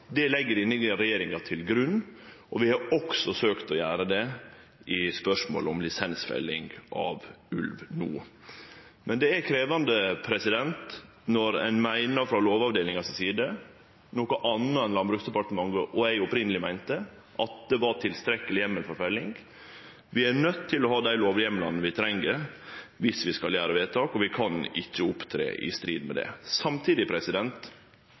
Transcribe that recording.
Det legg denne regjeringa til grunn, og vi har også søkt å gjere det i spørsmål om lisensfelling av ulv no. Men det er krevjande når ein frå Lovavdelingas side meiner noko anna enn Landbruksdepartementet og eg opphavleg meinte: at det var tilstrekkeleg heimel for felling. Vi er nøydde til å ha dei lovheimlane vi treng viss vi skal gjere vedtak, og vi kan ikkje opptre i strid med det. Samtidig